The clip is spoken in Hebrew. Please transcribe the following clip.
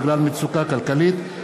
בגלל מצוקה כלכלית,